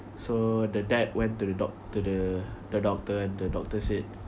so the dad went to the doc~ to the the doctor and the doctor said